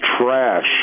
trash